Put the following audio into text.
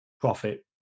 profit